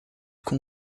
com